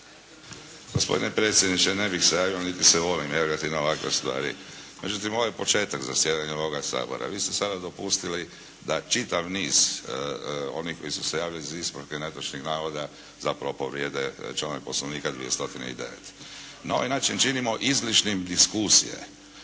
Gospodine predsjedniče! Ne bih se javljao niti se volim javljati na ovakve stvari. Međutim ovaj početak zasjedanja ovoga Sabora. Vi ste sada dopustili da čitav niz onih koji su se javili za ispravke netočnih navoda zapravo povrijede članak Poslovnika 209. Na ovaj način činimo izlišnim diskusije.